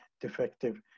defective